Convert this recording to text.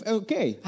okay